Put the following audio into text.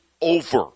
over